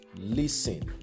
listen